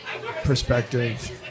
perspective